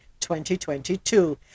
2022